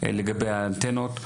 לגבי האנטנות?